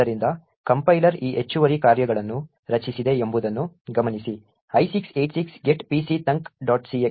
ಆದ್ದರಿಂದ ಕಂಪೈಲರ್ ಈ ಹೆಚ್ಚುವರಿ ಕಾರ್ಯಗಳನ್ನು ರಚಿಸಿದೆ ಎಂಬುದನ್ನು ಗಮನಿಸಿ i686 get pc thunk